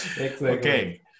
okay